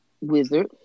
wizard